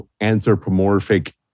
anthropomorphic